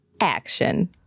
action